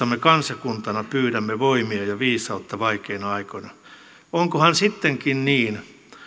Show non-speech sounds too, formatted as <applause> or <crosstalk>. <unintelligible> me kansakuntana pyydämme voimia ja viisautta vaikeina aikoina onkohan sittenkin niin